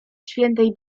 świętej